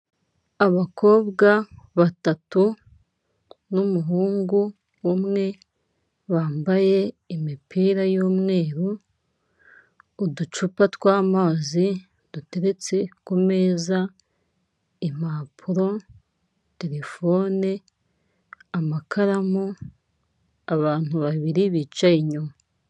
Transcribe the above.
Abakobwa batatu n'umuhungu umwe bambaye imipira y'umweru uducupa twamazi duteretse kumeza, impapuro, terefone, amakaramu, abantu babiri bicaye inyuma.